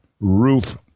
roof